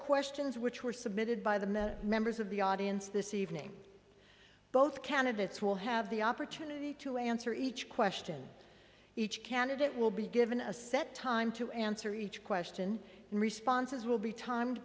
questions which were submitted by the members of the audience this evening both candidates will have the opportunity to answer each question each candidate will be given a set time to answer each question and responses will be time